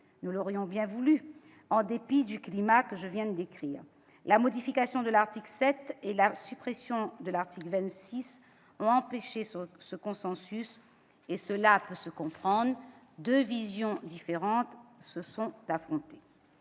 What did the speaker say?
nous l'aurions bien voulu !-, en dépit du climat que je viens de décrire. La modification de l'article 7 et la suppression de l'article 26 ont empêché le consensus de se former, ce qui peut se comprendre : deux visions différentes se sont affrontées.